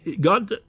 God